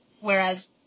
Whereas